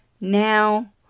Now